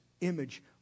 image